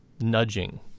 nudging